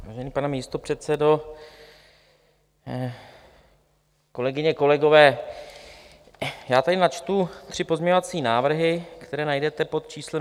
Vážený pane místopředsedo, kolegyně, kolegové, já tady načtu tři pozměňovací návrhy, které najdete pod číslem 465, 466 a 467.